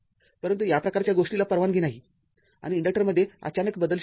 परंतु या प्रकारच्या गोष्टीला परवानगी नाही आणि इन्डक्टरमध्ये अचानक बदल शक्य नाही